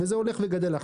וזה הולך וגדל,